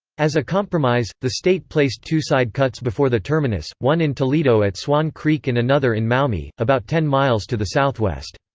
as a compromise, the state placed two sidecuts before the terminus, one in toledo at swan creek and another in maumee, about ten miles to the southwest.